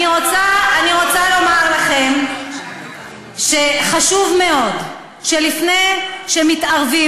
אני רוצה לומר לכם שחשוב מאוד שלפני שמתערבים,